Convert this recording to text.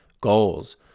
goals